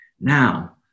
Now